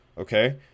Okay